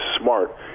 smart